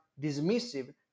dismissive